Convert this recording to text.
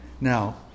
Now